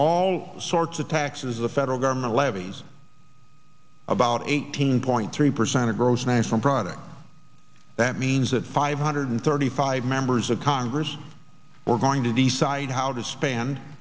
all sorts of taxes the federal government levies about eighteen point three percent of gross national product that means that five hundred thirty five members of congress were going to decide how to spend